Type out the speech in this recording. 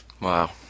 Wow